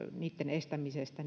estämisestä